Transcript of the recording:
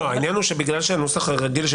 העניין הוא שבגלל שהנוסח הרגיל של